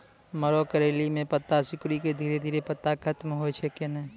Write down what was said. मरो करैली म पत्ता सिकुड़ी के धीरे धीरे पत्ता खत्म होय छै कैनै?